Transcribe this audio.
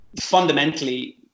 fundamentally